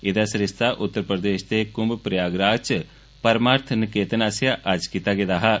एह्दा सरिस्ता उत्तर प्रदेष दे कुंभ प्रयागराज च परमार्थ निकेतन आसेआ अज्ज कीता गेदा हा